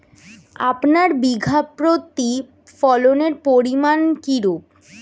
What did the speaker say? আপনার বিঘা প্রতি ফলনের পরিমান কীরূপ?